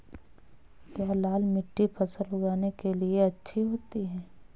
क्या लाल मिट्टी फसल उगाने के लिए अच्छी होती है?